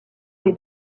les